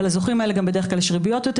אבל לזוכים האלה גם בדרך כלל יש ריביות יותר